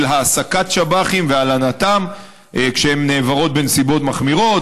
העסקת שב"חים והלנתם כשהן נעברות בנסיבות מחמירות.